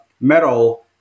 metal